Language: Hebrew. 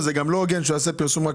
זה גם לא הוגן שהוא יעשה פרסום רק